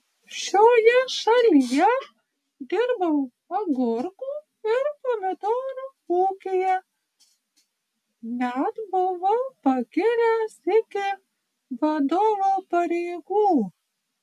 šioje šalyje dirbau agurkų ir pomidorų ūkyje net buvau pakilęs iki vadovo pareigų